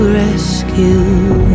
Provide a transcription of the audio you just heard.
rescue